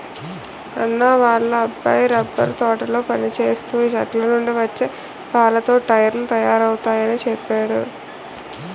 అన్నా వాళ్ళ అబ్బాయి రబ్బరు తోటలో పనిచేస్తూ చెట్లనుండి వచ్చే పాలతో టైర్లు తయారవుతయాని చెప్పేడు